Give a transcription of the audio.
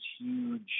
huge